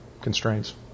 constraints